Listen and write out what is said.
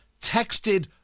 texted